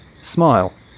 smile